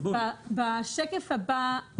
עוברת לשקף הבא.